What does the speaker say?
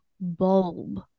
bulb